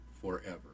forever